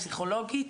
פסיכולוגית,